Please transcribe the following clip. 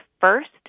first